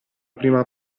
prima